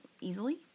easily